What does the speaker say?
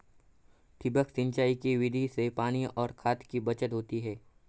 ठिबक सिंचाई की विधि से पानी और खाद की बचत होती है